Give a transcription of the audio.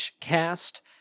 cast